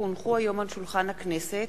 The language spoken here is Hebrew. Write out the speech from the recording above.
כי הונחו היום על שולחן הכנסת,